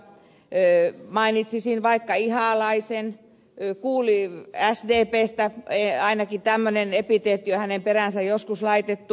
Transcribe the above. mainitsisin vaikka ihalaisen sdpstä ainakin tämmöinen epiteetti on hänen peräänsä joskus laitettu